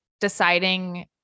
deciding